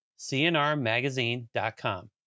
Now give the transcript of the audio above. cnrmagazine.com